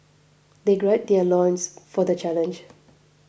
they gird their loins for the challenge